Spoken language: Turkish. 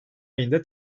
ayında